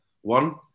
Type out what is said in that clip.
One